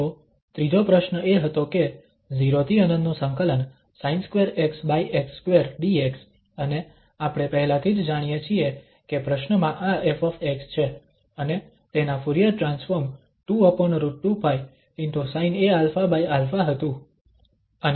તો ત્રીજો પ્રશ્ન એ હતો કે 0∫∞ x2 dx અને આપણે પહેલાથી જ જાણીએ છીએ કે પ્રશ્નમાં આ ƒ છે અને તેના ફુરીયર ટ્રાન્સફોર્મ 2√2π ✕ sinaαα હતું